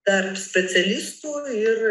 tarp specialistų ir